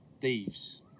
thieves